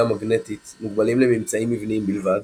מגנטית מוגבלים לממצאים מבניים בלבד,